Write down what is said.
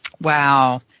Wow